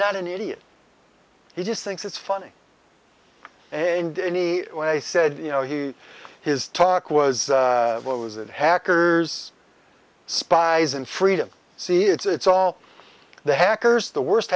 not an idiot he just thinks it's funny and danny when i said you know he his talk was what was that hackers spies and freedom see it's all the hackers the worst